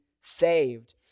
saved